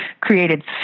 created